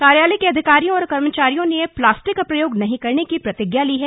कार्यालय के अधिकारियों और कर्मचारियों ने प्लास्टिक का प्रयोग नहीं करने की प्रतिज्ञा ली है